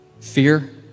fear